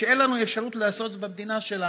אין לנו שום אפשרות לעשות את זה במדינה שלנו,